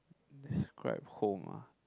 describe home ah